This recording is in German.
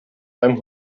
beim